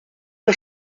que